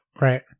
Right